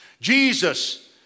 Jesus